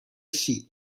sheet